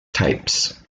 types